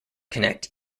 connect